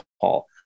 Paul